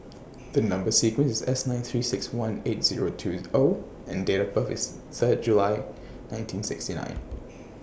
The Number sequence IS S nine three six one eight Zero two O and Date of birth IS Third July nineteen sixty nine